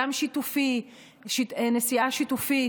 גם נסיעה שיתופית,